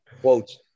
quotes